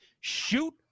Shoot